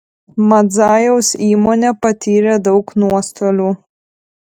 madzajaus įmonė patyrė daug nuostolių